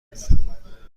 هستم